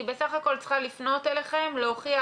היא בסך הכול צריכה לפנות אליכם להוכיח